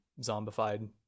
zombified